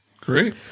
Great